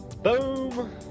boom